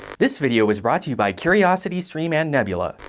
this video was brought to you by curiositystream and nebula.